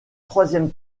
troisième